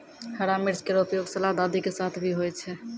हरा मिर्च केरो उपयोग सलाद आदि के साथ भी होय छै